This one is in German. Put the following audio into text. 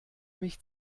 mich